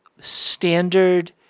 standard